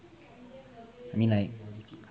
I mean like